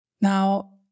Now